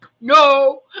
no